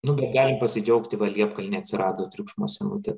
nugi galim pasidžiaugti va liepkalny atsirado triukšmo sienutė